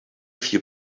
few